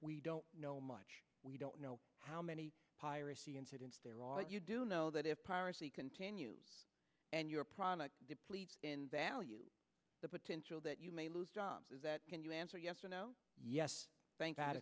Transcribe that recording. we don't know much we don't know how many piracy incidents there are you do know that if piracy continues and your product deplete in now you the potential that you may lose jobs is that can you answer yes or no yes thank